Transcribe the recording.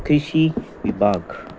कृशी विभाग